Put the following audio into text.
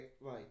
right